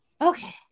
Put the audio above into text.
Okay